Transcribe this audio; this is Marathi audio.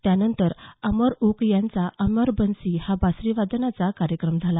यानंतर अमर ओक यांचा अमर बन्सी हा बासरीवादनाचा कार्यक्रम झाला